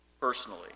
personally